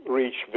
reach